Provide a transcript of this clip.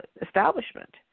establishment